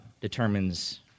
determines